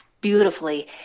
beautifully